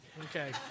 Okay